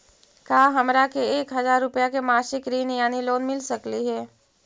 का हमरा के एक हजार रुपया के मासिक ऋण यानी लोन मिल सकली हे?